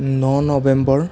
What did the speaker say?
ন নবেম্বৰ